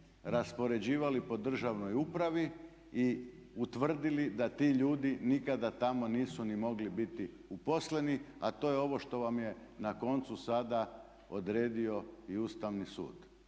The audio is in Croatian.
raspoređivali po državnoj upravi i utvrdili da ti ljudi nikada tamo nisu ni mogli biti uposleni, a to je ovo što vam je na koncu sada odredio i Ustavni sud.